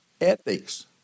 Ethics